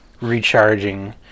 recharging